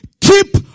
Keep